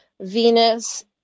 Venus